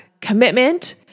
commitment